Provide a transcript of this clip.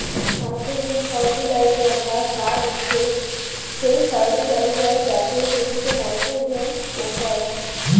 nitrogen fertiliser বা সার হচ্ছে সেই ফার্টিলাইজার যাতে জমিতে নাইট্রোজেন পৌঁছায়